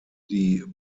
die